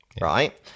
right